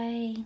Bye